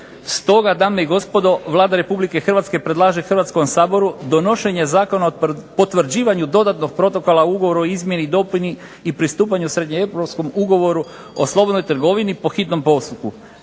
Stoga dame i gospodo, Vlada Republike Hrvatske predlaže Hrvatskom saboru donošenje Zakona o potvrđivanju dodatnog protokola ugovora o izmjeni i dopuni i pristupanju Srednjeeuropskom ugovoru o slobodnoj trgovini po hitnom postupku